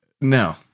No